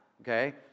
okay